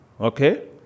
Okay